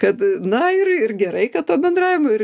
kad na ir ir gerai kad to bendravimo ir